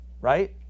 right